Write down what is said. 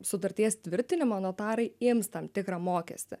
sutarties tvirtinimą notarai ims tam tikrą mokestį